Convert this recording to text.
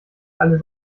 alles